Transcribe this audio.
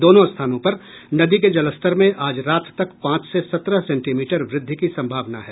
दोनों स्थानों पर नदी के जलस्तर में आज रात तक पांच से सत्रह सेंटीमीटर वृद्धि की संभावना है